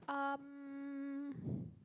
um